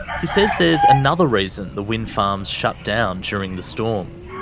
he says there's another reason the wind farms shut down during the storm.